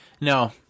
No